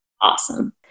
Awesome